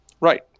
Right